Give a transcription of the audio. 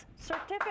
certificate